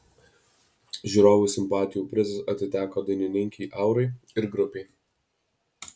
žiūrovų simpatijų prizas atiteko dainininkei aurai ir grupei